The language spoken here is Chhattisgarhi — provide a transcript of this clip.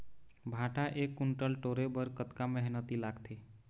भांटा एक कुन्टल टोरे बर कतका मेहनती लागथे?